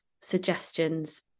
suggestions